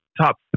top